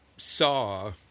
saw